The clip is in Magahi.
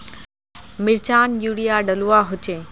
मिर्चान यूरिया डलुआ होचे?